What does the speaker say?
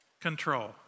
control